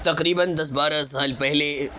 تقریباً دس بارہ سال پہلے